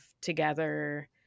together